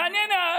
אבל הינה,